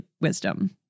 wisdom